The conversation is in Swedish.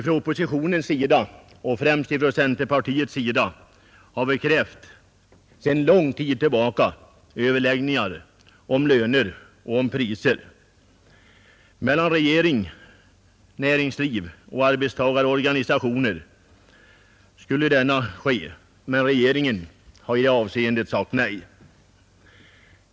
Från oppositionen, främst från centerpartiet, har vi emellertid sedan lång tid tillbaka krävt överläggningar om löner och om priser mellan regering, näringsliv och arbetstagarorganisationer. Regeringen har dock sagt nej till dessa krav.